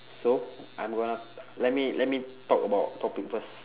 so I'm gonna let me let me talk about topic first